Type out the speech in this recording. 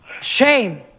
Shame